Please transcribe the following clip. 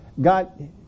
God